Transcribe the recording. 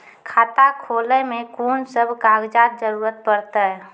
खाता खोलै मे कून सब कागजात जरूरत परतै?